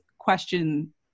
question